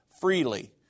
freely